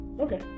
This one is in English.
Okay